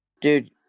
Dude